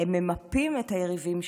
הם ממפים את היריבים שלהם,